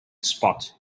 spot